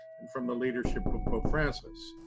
and from the leadership of pope francis.